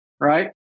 right